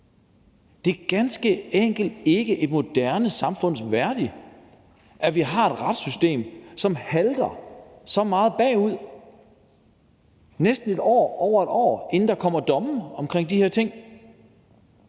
Det er ganske enkelt ikke et moderne samfund værdigt, at vi har et retssystem, som halter så meget bagefter, næsten et år, over et år, inden der kommer domme omkring de her ting.